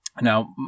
Now